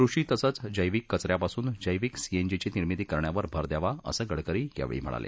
कृषी तसंच जैविक कच यापासून जैविक सीएनजीची निर्मिती करण्यावर भर द्यावा असं गडकरी यावेळी म्हणाले